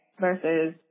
versus